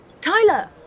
Tyler